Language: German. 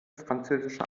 französische